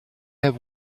have